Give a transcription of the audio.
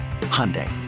Hyundai